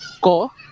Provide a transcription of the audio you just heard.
Ko